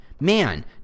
Man